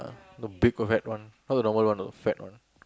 the big fat one not the normal one know fat one